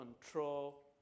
control